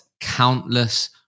countless